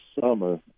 summer